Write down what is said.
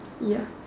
ya